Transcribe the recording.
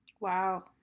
Wow